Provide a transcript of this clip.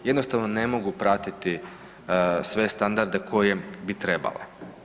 Jednostavno ne mogu pratiti sve standarde koje bi trebale.